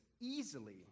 easily